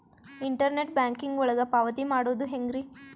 Internet banking ಒಳಗ ಪಾವತಿ ಮಾಡೋದು ಹೆಂಗ್ರಿ?